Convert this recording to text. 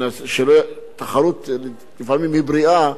תחרות היא לפעמים בריאה,